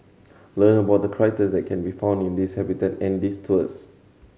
learn about the critter that can be found in this habitat in these tours